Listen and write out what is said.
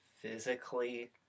physically